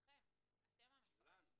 לכם, אתם המשרד.